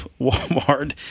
Walmart